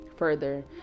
further